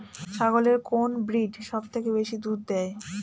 ছাগলের কোন ব্রিড সবথেকে বেশি দুধ দেয়?